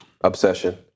Obsession